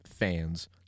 fans